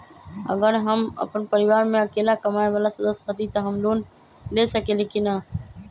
अगर हम अपन परिवार में अकेला कमाये वाला सदस्य हती त हम लोन ले सकेली की न?